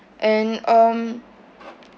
and um